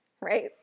right